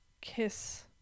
kiss